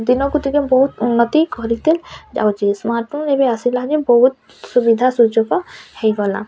ଦିନକୁ ଦିନ ବହୁତ ଉନ୍ନତି କରିତେ ଯାଉଛି ସ୍ମାର୍ଟଫୋନ୍ ଏବେ ଆସିଲାକି ବହୁତ ସୁବିଧା ସୁଯୋଗ ହେଇଗଲା